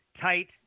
tight